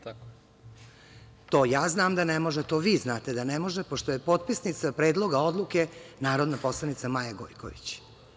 To ja znam da ne može, to vi znate da ne može, pošto je potpisnica Predloga odluke narodna poslanica Maja Gojković.